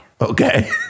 Okay